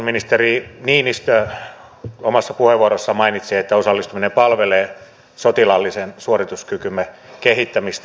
puolustusministeri niinistö omassa puheenvuorossaan mainitsi että osallistuminen palvelee sotilaallisen suorituskykymme kehittämistä